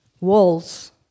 walls